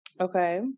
Okay